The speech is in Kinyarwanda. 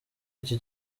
iki